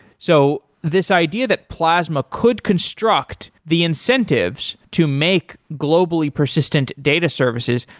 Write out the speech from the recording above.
so this idea that plasma could construct the incentives to make globally persistent data services,